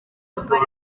armades